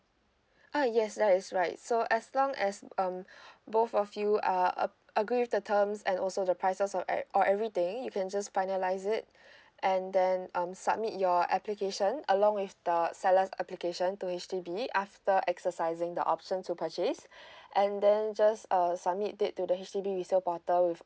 uh yes that is right so as long as um both of you are uh agree with the terms and also the prices or or everything you can just finalise it and then um submit your application along with the seller's application to H_D_B after exercising the option to purchase and then just err submit it to the H_D_B resale portal with